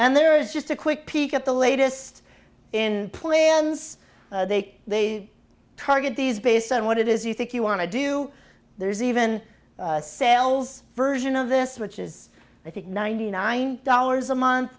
is just a quick peek at the latest in plans they target these based on what it is you think you want to do there's even a sales version of this which is i think ninety nine dollars a month